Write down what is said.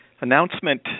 announcement